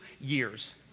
years